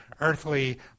earthly